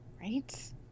Right